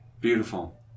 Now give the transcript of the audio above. Beautiful